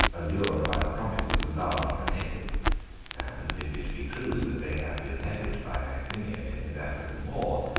allured by the promise of a large donative and, if it be true that they had been levied by maximian in his african war,